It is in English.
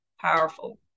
powerful